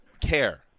care